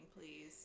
please